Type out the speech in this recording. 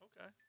Okay